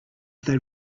they